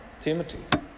Timothy